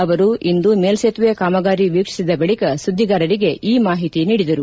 ಅವರು ಇಂದು ಮೇಲ್ಲೇತುವೆ ಕಾಮಗಾರಿ ವೀಕ್ಷಿಸಿದ ಬಳಿಕ ಸುದ್ದಿಗಾರರಿಗೆ ಈ ಮಾಹಿತಿ ನೀಡಿದರು